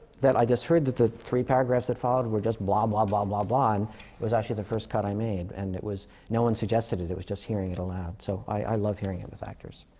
that i just heard that the three paragraphs that followed were just blah blah blah blah blah. and it was actually the first cut i made. and it was no one suggested it. it was just hearing it aloud. so, i i love hearing it with actors.